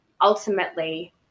ultimately